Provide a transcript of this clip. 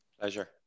Pleasure